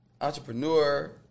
entrepreneur